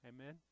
Amen